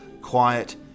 Quiet